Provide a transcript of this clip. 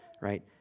right